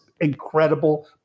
incredible